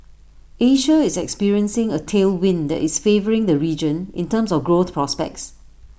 Asia is experiencing A tailwind that is favouring the region in terms of growth prospects